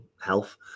health